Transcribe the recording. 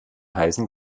heißen